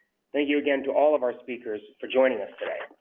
thank you again to all of our speakers for joining us today.